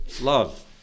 love